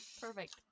Perfect